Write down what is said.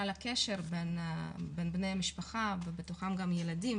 על הקשר בין בני המשפחה ובתוכם גם ילדים,